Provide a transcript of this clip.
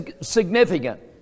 significant